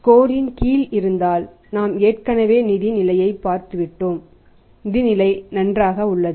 ஸ்கோர்ன் கீழ் இருந்தால் நாம் ஏற்கனவே நிதி நிலையைப் பார்த்துவிட்டோம் நிதி நிலை நன்றாக உள்ளது